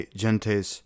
gentes